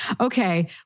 Okay